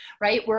right